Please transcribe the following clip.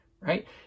right